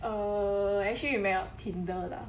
oh actually we met on tinder lah